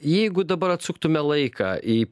jeigu dabar atsuktume laiką į